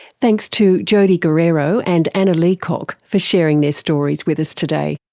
thanks to jodie guerrero and anna leacock for sharing their stories with us today.